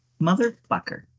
Motherfucker